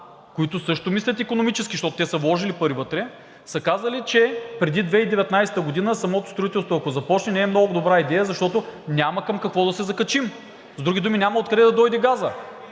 които също мислят икономически, защото те са вложили пари вътре, са казали, че преди 2019 г. самото строителство, ако започне, не е много добра идея, защото няма към какво да се закачим. С други думи – няма откъде да дойде газът.